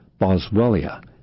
boswellia